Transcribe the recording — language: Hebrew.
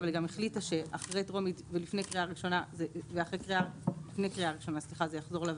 אבל היא גם החליטה שאחרי טרומית ולפני קריאה ראשונה זה יחזור לוועדה.